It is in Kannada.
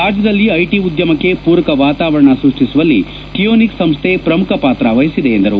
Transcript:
ರಾಜ್ಯದಲ್ಲಿ ಐಟಿ ಉದ್ಯಮಕ್ಕೆ ಪೂರಕ ವಾತಾವರಣ ಸೃಷ್ಟಿಸುವಲ್ಲಿ ಕಿಯೋನಿಕ್ಸ್ ಸಂಸ್ಥೆ ಪ್ರಮುಖ ಪಾತ್ರ ವಹಿಸಿದೆ ಎಂದರು